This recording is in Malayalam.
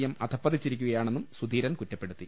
എം അധപതിച്ചിരിക്കുകയാണെന്നും സുധീരൻ കുറ്റപ്പെ ടുത്തി